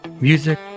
music